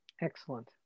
Excellent